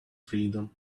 freedom